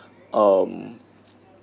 um